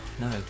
no